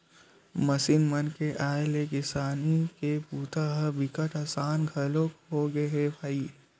machine मन के आए ले किसानी के बूता ह बिकट असान घलोक होगे हे भईर